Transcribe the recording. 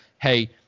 hey –